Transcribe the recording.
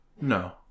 No